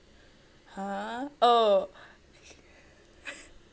!huh! oh